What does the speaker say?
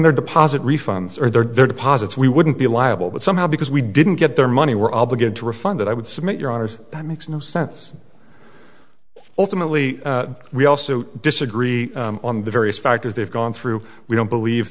their deposit refunds or their deposits we wouldn't be liable but somehow because we didn't get their money we're obligated to refund that i would submit your honour's that makes no sense ultimately we also disagree on the various factors they've gone through we don't believe